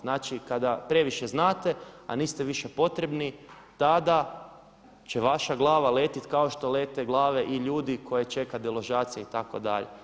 Znači kada previše znate a niste više potrebni tada će vaša glava letit kao što lete glave i ljudi koje čeka deložacija itd.